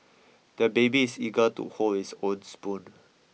the baby is eager to hold his own spoon